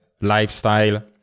lifestyle